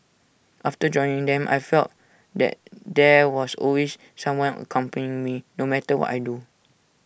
after joining them I felt that there was always someone accompanying me no matter what I do